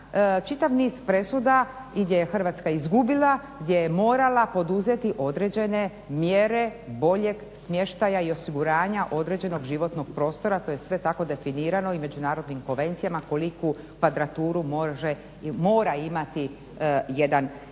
čitav niz presuda i gdje je Hrvatska izgubila gdje je morala poduzeti određene mjere boljeg smještaja i osiguranja određenog životnog prostora, to je sve tako definirano i međunarodnim konvencijama, koliku kvadraturu mora imati jedan